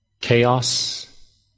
Chaos